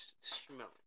smell